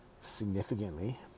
significantly